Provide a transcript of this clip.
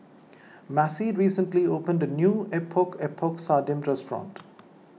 Macie recently opened a new Epok Epok Sardin restaurant